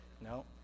No